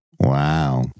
Wow